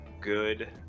good